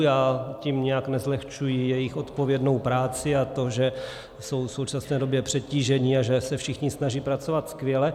Já tím nijak nezlehčuji jejich odpovědnou práci a to, že jsou v současné době přetíženi a že se všichni snaží pracovat skvěle.